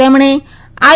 તેમણે આઈ